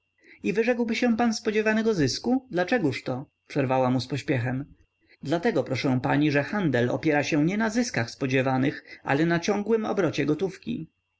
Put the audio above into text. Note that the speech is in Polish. rocznie i wyrzekłby się pan spodziewanego zysku dlaczegóż to przerwała mu z pośpiechem dlatego proszę pani że handel opiera się nie na zyskach spodziewanych ale na ciągłym obrocie gotówki